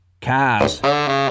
Cars